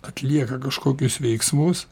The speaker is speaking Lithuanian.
atlieka kažkokius veiksmus